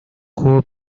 juego